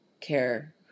care